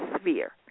sphere